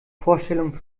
vorstellung